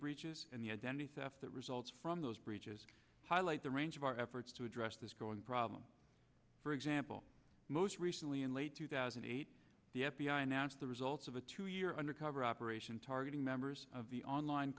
breaches in the identity theft that results from those breaches highlight the range of our efforts to address this growing problem for example most recently in late two thousand and eight the f b i i announced the results of a two year undercover operation targeting members of the online